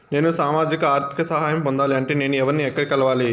నేను సామాజిక ఆర్థిక సహాయం పొందాలి అంటే నేను ఎవర్ని ఎక్కడ కలవాలి?